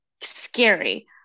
scary